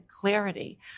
clarity